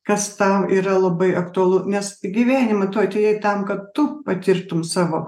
kas tau yra labai aktualu nes į gyvenimą tu atėjai tam kad tu patirtum savo